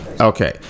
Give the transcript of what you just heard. Okay